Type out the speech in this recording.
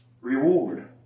reward